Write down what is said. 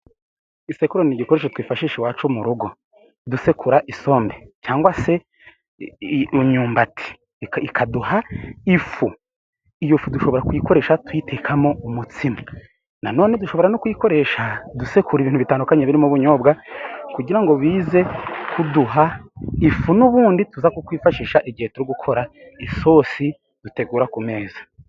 Isekuru ni igikoresho twifashisha iwacu mu rugo. Dusekura isombe, cyangwa se imyumbati ikaduha ifu. Iyo fu dushobora kuyikoresha tuyitekamo umutsima. Nanone dushobora no kuyikoresha, dusekura ibintu bitandukanye birimo nk'ubunyobwa, kugira ngo bize kuduha ifu n'ubundi tuza kwifashisha igihe tugiye gukora isosi, dutegura ku meza.